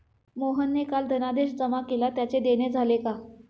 मोहनने काल धनादेश जमा केला त्याचे देणे झाले का?